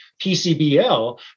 PCBL